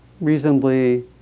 reasonably